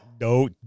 No